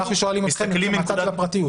אנחנו שואלים אתכם מהצד של הגנת הפרטיות.